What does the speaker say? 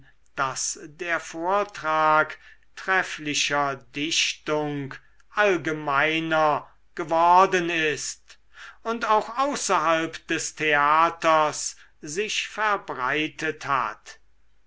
daß der vortrag trefflicher dichtung allgemeiner geworden ist und auch außerhalb des theaters sich verbreitet hat